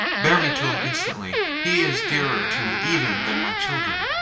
bear me to him instantly he is dearer to me even than my children.